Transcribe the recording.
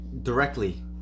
Directly